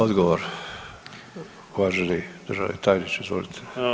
Odgovor, uvaženi državni tajniče izvolite.